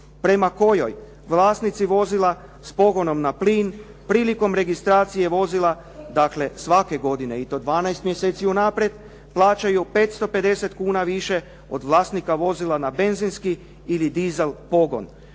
prema kojoj vlasnici vozila s pogonom na plin prilikom registracije vozila, dakle svake godine i to 12 mjeseci unaprijed plaćaju 550 kuna više od vlasnika vozila na benzinski ili disel pogon.